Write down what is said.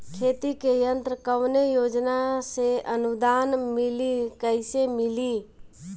खेती के यंत्र कवने योजना से अनुदान मिली कैसे मिली?